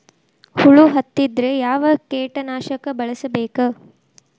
ಹುಳು ಹತ್ತಿದ್ರೆ ಯಾವ ಕೇಟನಾಶಕ ಬಳಸಬೇಕ?